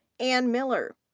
ann miller.